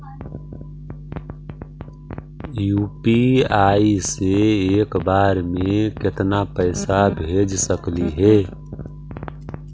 UPI से एक बार मे केतना पैसा भेज सकली हे?